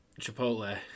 Chipotle